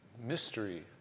mystery